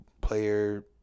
player